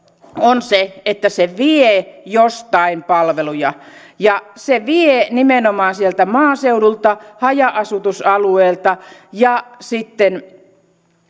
on se että se vie jostakin palveluja ja se vie nimenomaan maaseudulta haja asutusalueelta ja sitten